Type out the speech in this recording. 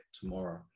tomorrow